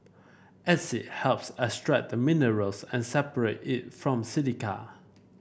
acid helps extract the mineral and separate it from silica